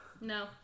No